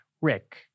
Rick